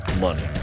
money